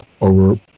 over